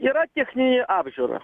yra techninė apžiūra